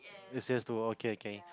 A_C_S duo okay K